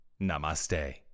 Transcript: Namaste